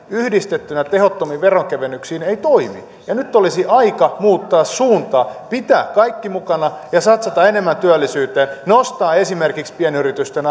yhdistettyinä tehottomiin veronkevennyksiin eivät toimi nyt olisi aika muuttaa suuntaa pitää kaikki mukana ja satsata enemmän työllisyyteen nostaa esimerkiksi pienyritysten